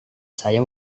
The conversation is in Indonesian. saya